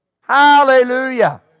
Hallelujah